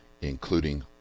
including